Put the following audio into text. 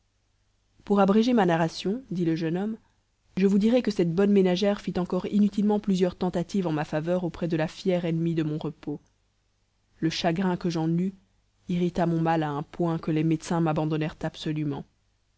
pour abréger ma narration dit le jeune homme je vous dirai que cette bonne messagère fit encore inutilement plusieurs tentatives en ma faveur auprès de la fière ennemie de mon repos le chagrin que j'en eus irrita mon mal à un point que les médecins m'abandonnèrent absolument